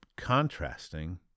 Contrasting